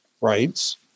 rights